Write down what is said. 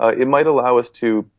ah it might allow us to,